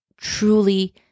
truly